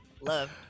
love